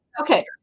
okay